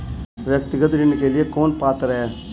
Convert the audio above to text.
व्यक्तिगत ऋण के लिए कौन पात्र है?